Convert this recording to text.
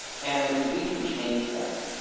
and we can change that.